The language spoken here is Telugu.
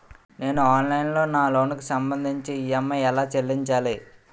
నేను ఆన్లైన్ లో నా లోన్ కి సంభందించి ఈ.ఎం.ఐ ఎలా చెల్లించాలి?